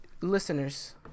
listeners